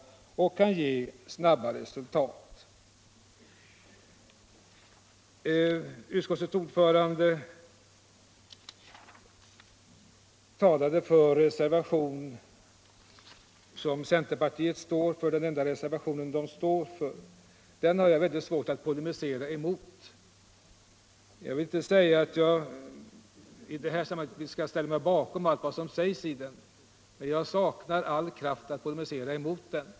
Utskottets ordförande talade för den enda reservation som centerpartiet står för. Jag vill inte säga att jag kan ställa mig bakom allt som sägs i den reservationen, men jag saknar all lust att polemisera emot den.